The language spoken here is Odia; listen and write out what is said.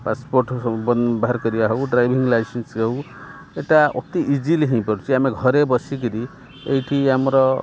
ପାସପୋର୍ଟ୍ ସବୁ ବାହାର କରିବା ହେଉ ଡ୍ରାଇଭିଂ ଲାଇସେନ୍ସ ହେଉ ଏଇଟା ଅତି ଇଜିଲି ହେଇପାରୁଛି ଆମେ ଘରେ ବସିକରି ଏଇଠି ଆମର